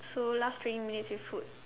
so last three minutes is food